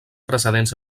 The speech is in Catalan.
precedents